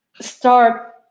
start